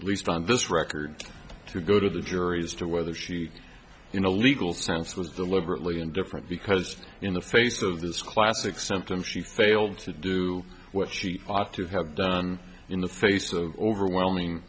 at least on this record to go to the jury as to whether she in a legal sense was deliberately and different because in the face of this classic symptom she failed to do what she ought to have done and in the face of overwhelming